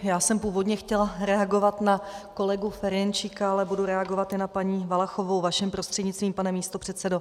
Já jsem původně chtěla reagovat na kolegu Ferjenčíka, ale budu reagovat i na paní Valachovou vaším prostřednictvím, pane místopředsedo.